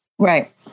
Right